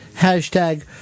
hashtag